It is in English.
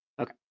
Okay